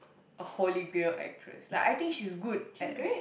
a holy grail actress like I think she's good